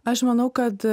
aš manau kad